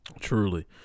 Truly